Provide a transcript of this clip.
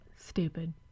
Stupid